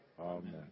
Amen